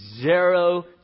zero